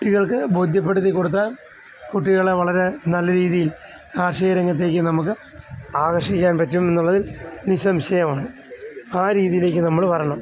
കുട്ടികൾക്ക് ബോധ്യപ്പെടുത്തി കൊടുത്താൽ കുട്ടികളെ വളരെ നല്ല രീതിയിൽ കാർഷിക രംഗത്തേക്ക് നമുക്ക് ആകർഷിക്കാൻ പറ്റും എന്നുള്ളത് നിസ്സംശയമാണ് ആ രീതിയിലേക്ക് നമ്മൾ വരണം